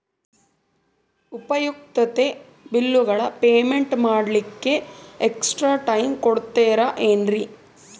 ಉಪಯುಕ್ತತೆ ಬಿಲ್ಲುಗಳ ಪೇಮೆಂಟ್ ಮಾಡ್ಲಿಕ್ಕೆ ಎಕ್ಸ್ಟ್ರಾ ಟೈಮ್ ಕೊಡ್ತೇರಾ ಏನ್ರಿ?